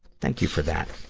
thank you for that.